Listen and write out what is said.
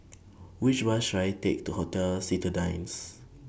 Which Bus should I Take to Hotel Citadines